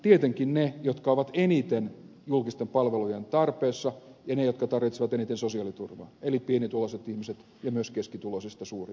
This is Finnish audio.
tietenkin ne jotka ovat eniten julkisten palvelujen tarpeessa ja ne jotka tarvitsevat eniten sosiaaliturvaa eli pienituloiset ihmiset ja myös keskituloisista suuri osa